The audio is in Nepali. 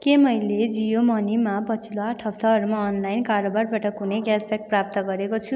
के मैले जियो मनीमा पछिल्लो आठ हप्ताहरूमा अनलाइन कारोबारबाट कुनै क्यासब्याक प्राप्त गरेको छु